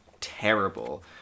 terrible